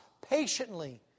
patiently